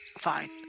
Fine